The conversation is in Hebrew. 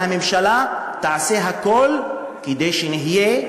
שהממשלה תעשה הכול כדי שנהיה,